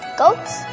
goats